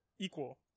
equal